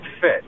fit